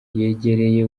yegereye